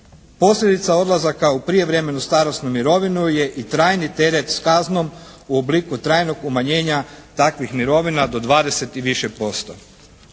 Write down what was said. Posljedica odlazaka u prijevremenu starosnu mirovinu je i trajni teret s kaznom u obliku trajnog umanjenja takvih mirovina do 20 i više posto.